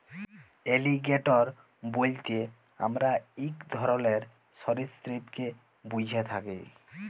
alligator বইলতে আমরা ইক ধরলের সরীসৃপকে ব্যুঝে থ্যাকি